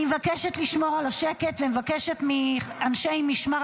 אני מבקשת לשמור על השקט ומבקשת מאנשי משמר